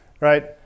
right